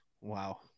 Wow